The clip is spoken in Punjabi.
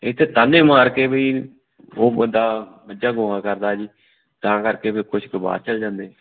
ਇੱਥੇ ਤਾਨੇ ਮਾਰ ਕੇ ਵੀ ਉਹ ਬੰਦਾ ਮੱਝਾਂ ਗੋਹਾ ਕਰਦਾ ਜੀ ਤਾਂ ਕਰਕੇ ਫਿਰ ਕੁਛ ਕੁ ਬਾਹਰ ਚੱਲ ਜਾਂਦੇ